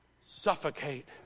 suffocate